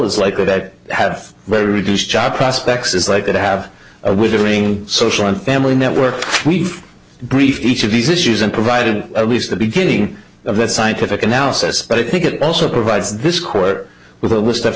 is likely that have very deuce job prospects is like that have a withering social and family network we've briefed each of these issues and provided at least the beginning of a scientific analysis but i think it also provides this court with a list of